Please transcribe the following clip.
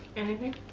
anything.